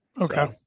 Okay